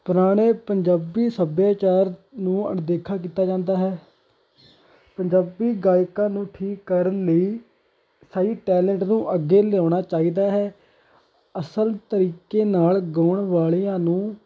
ਪੁਰਾਣੇ ਪੰਜਾਬੀ ਸੱਭਿਆਚਾਰ ਨੂੰ ਅਣਦੇਖਾ ਕੀਤਾ ਜਾਂਦਾ ਹੈ ਪੰਜਾਬੀ ਗਾਇਕਾਂ ਨੂੰ ਠੀਕ ਕਰਨ ਲਈ ਸਹੀ ਟੈਲੇਂਟ ਨੂੰ ਅੱਗੇ ਲਿਆਉਣਾ ਚਾਹੀਦਾ ਹੈ ਅਸਲ ਤਰੀਕੇ ਨਾਲ ਗਾਉਣ ਵਾਲਿਆਂ ਨੂੰ